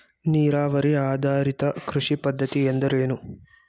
ನೀರಾವರಿ ಆಧಾರಿತ ಕೃಷಿ ಪದ್ಧತಿ ಎಂದರೇನು?